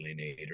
alienator